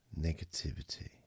negativity